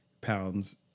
pounds